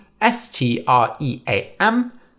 S-T-R-E-A-M